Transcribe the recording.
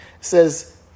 says